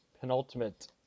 penultimate